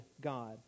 God